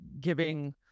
giving